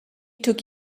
took